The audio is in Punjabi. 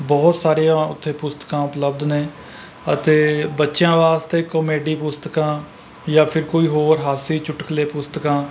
ਬਹੁਤ ਸਾਰੀਆਂ ਉੱਥੇ ਪੁਸਤਕਾਂ ਉਪਲਬਧ ਨੇ ਅਤੇ ਬੱਚਿਆਂ ਵਾਸਤੇ ਕਾਮੇਡੀ ਪੁਸਤਕਾਂ ਜਾਂ ਫਿਰ ਕੋਈ ਹੋਰ ਹਾਸੇ ਚੁਟਕਲੇ ਪੁਸਤਕਾਂ